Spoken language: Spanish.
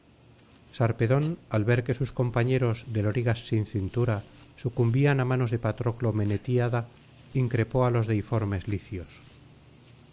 sarpedón al ver que sus compañeros de lorigas sin cintura sucumbían á manos de patroclo menetíada increpó á los deiformes licios